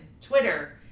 Twitter